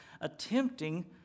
attempting